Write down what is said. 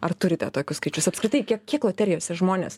ar turite tokius skaičius apskritai kiek kiek loterijose žmonės